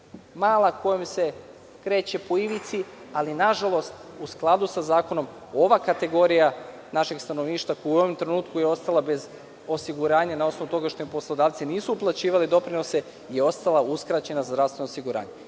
mala kojom se kreće po ivici, ali nažalost u skladu sa zakonom ova kategorija našeg stanovništva u ovom trenutku je ostala bez osiguranja na osnovu toga što im poslodavci nisu uplaćivali doprinose i ostala uskraćena za zdravstveno osiguranje. Mi